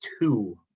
two